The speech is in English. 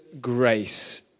grace